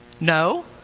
no